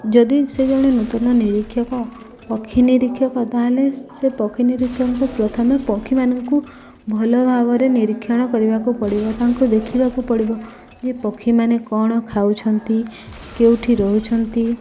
ଯଦି ସେ ଜଣେ ନୂତନ ନିରୀକ୍ଷକ ପକ୍ଷୀ ନିରୀକ୍ଷକ ତାହେଲେ ସେ ପକ୍ଷୀ ନିରୀକ୍ଷକଙ୍କୁ ପ୍ରଥମେ ପକ୍ଷୀମାନଙ୍କୁ ଭଲ ଭାବରେ ନିରୀକ୍ଷଣ କରିବାକୁ ପଡ଼ିବ ତାଙ୍କୁ ଦେଖିବାକୁ ପଡ଼ିବ ଯେ ପକ୍ଷୀମାନେ କ'ଣ ଖାଉଛନ୍ତି କେଉଁଠି ରହୁଛନ୍ତି